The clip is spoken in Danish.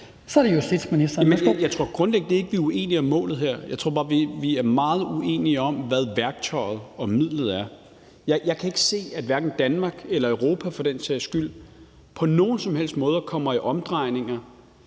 (Peter Hummelgaard): Jeg tror grundlæggende ikke, at vi er uenige om målet. Jeg tror bare, at vi er meget uenige om, hvad værktøjet og midlet er. Jeg kan ikke se, at Danmark – eller Europa, for den sags skyld – på nogen som helst måde kommer i omdrejninger